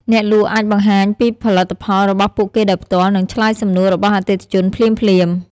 អ្នកលក់អាចបង្ហាញពីផលិតផលរបស់ពួកគេដោយផ្ទាល់ និងឆ្លើយសំណួររបស់អតិថិជនភ្លាមៗ។